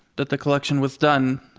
that the collection was done,